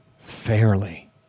fairly